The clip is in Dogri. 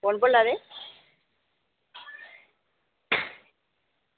कौन बोला दे